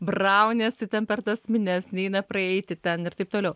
brauniesi ten per tas minias neina praeiti ten ir taip toliau